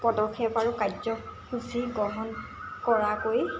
পদক্ষেপ আৰু কাৰ্যসূচী গ্ৰহণ কৰাকৈ